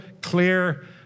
clear